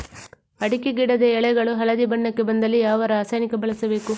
ಅಡಿಕೆ ಗಿಡದ ಎಳೆಗಳು ಹಳದಿ ಬಣ್ಣಕ್ಕೆ ಬಂದಲ್ಲಿ ಯಾವ ರಾಸಾಯನಿಕ ಬಳಸಬೇಕು?